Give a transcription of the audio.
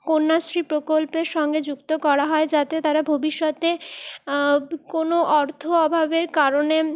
কন্যাশ্রী প্রকল্পের সঙ্গে যুক্ত করা হয় যাতে তারা ভবিষ্যতে কোনও অর্থ অভাবের কারণে